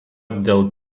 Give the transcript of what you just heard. dėl